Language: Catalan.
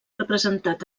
representat